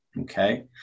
okay